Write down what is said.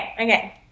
okay